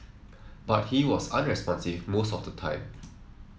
but he was unresponsive most of the time